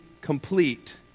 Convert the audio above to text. complete